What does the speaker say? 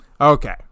Okay